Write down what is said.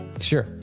Sure